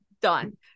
done